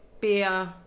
beer